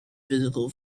physical